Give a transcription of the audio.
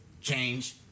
change